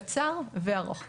קצר וארוך טווח.